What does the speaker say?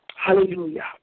Hallelujah